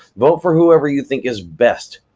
vote for whoever you think is best,